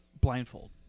blindfold